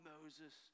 Moses